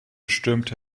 stürmte